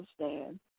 understand